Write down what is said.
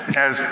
as,